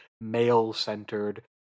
male-centered